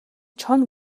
чоно